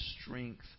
strength